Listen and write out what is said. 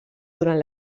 durant